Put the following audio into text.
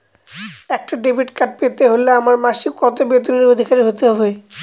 একটা debit card পেতে হলে আমার মাসিক কত বেতনের অধিকারি হতে হবে?